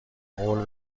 قول